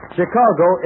Chicago